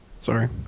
Sorry